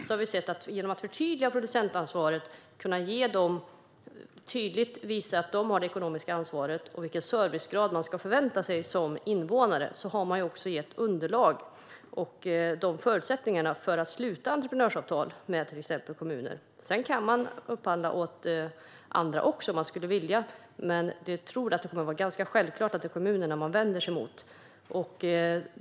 Vi har sett att genom att förtydliga producentansvaret och tydligt visa att de har det ekonomiska ansvaret och vilken servicegrad man ska förvänta sig som invånare har vi också gett underlag och förutsättningar för att sluta entreprenörsavtal med till exempel kommuner. Sedan kan man upphandla åt andra också om man skulle vilja, men jag tror att det kommer att vara ganska självklart att det är kommunerna man vänder sig till.